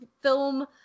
film